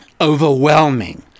overwhelming